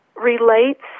relates